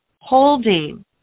holding